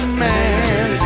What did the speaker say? man